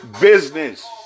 business